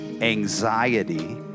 anxiety